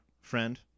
Friend